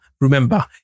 remember